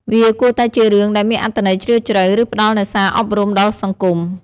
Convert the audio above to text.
វាគួរតែជារឿងដែលមានអត្ថន័យជ្រាលជ្រៅ ឬផ្តល់នូវសារអប់រំដល់សង្គម។